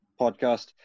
podcast